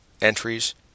entries